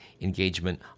engagement